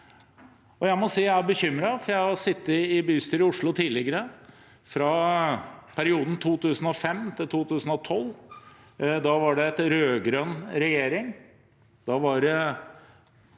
jeg er bekymret. Jeg har sittet i bystyret i Oslo tidligere, i perioden 2005–2012. Da var det en rød-grønn regjering